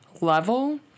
level